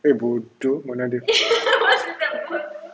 eh mana ada